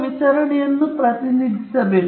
ಇದಲ್ಲದೆ ಅವರು ಅದೇ ಸಂಭವನೀಯ ವಿತರಣೆಯನ್ನು ಪ್ರತಿನಿಧಿಸಬೇಕು